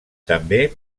també